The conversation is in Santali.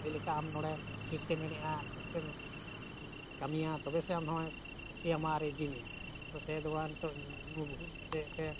ᱥᱮᱭ ᱞᱮᱠᱟ ᱟᱢ ᱱᱚᱰᱮ ᱴᱷᱤᱠ ᱛᱮᱢ ᱮᱱᱮᱡᱼᱟ ᱴᱷᱤᱠ ᱛᱮᱢ ᱠᱟᱹᱢᱤᱭᱟ ᱛᱚᱵᱮ ᱥᱮ ᱟᱢ ᱦᱚᱸᱭ ᱠᱩᱥᱤᱭᱟᱢᱟ ᱟᱨᱮ ᱤᱫᱤ ᱢᱮᱭᱟ ᱛᱚ ᱥᱮ ᱫᱚ ᱱᱤᱛᱚᱜ ᱧᱩ ᱵᱩᱞ ᱠᱟᱛᱮᱫ ᱯᱮ